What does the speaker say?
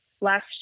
last